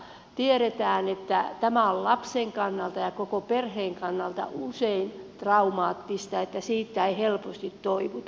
tiedetään että tämä on lapsen kannalta ja koko perheen kannalta usein traumaattista siitä ei helposti toivuta